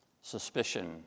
Suspicion